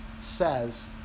says